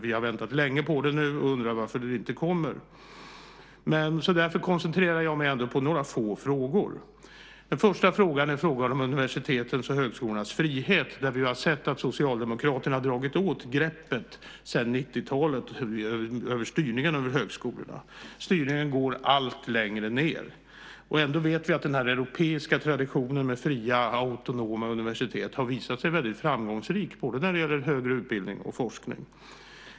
Vi har väntat länge på den och undrar varför den inte kommer. Därför koncentrerar jag mig ändå på några få frågor. Den första frågan är den om universitetens och högskolornas frihet. Där har vi ju sett att Socialdemokraterna sedan 1990-talet dragit åt greppet om styrningen av högskolorna. Styrningen går allt längre ned. Ändå vet vi att den europeiska traditionen med fria, autonoma, universitet visat sig väldigt framgångsrik när det gäller både högre utbildning och forskning.